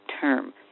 term